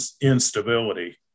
instability